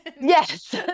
Yes